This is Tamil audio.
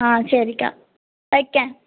ஆ சரிக்கா வைக்கேறேன்